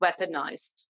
weaponized